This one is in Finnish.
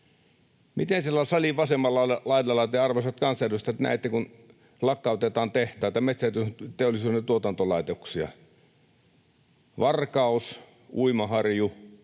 näette siellä salin vasemmalla laidalla, te arvoisat kansanedustajat, että kun lakkautetaan tehtaita, metsäteollisuuden tuotantolaitoksia — Varkaus, Uimaharju,